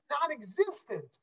non-existent